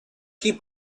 chi